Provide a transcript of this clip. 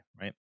right